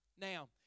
Now